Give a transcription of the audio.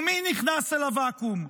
ומי נכנס אל הוואקום?